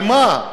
על מה?